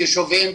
בישובים,